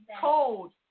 cold